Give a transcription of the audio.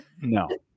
no